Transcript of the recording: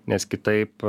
nes kitaip